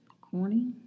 corny